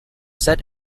set